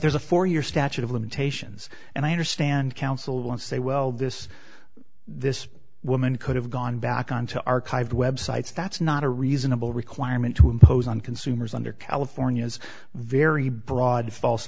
there's a four year statute of limitations and i understand counsel want to say well this this woman could have gone back on to archive websites that's not a reasonable requirement to impose on consumers under california's very broad